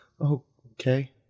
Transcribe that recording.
okay